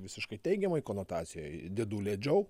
visiškai teigiamoj konotacijoj dėdulė džou